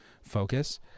Focus